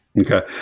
Okay